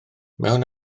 mewn